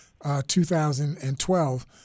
2012